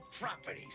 properties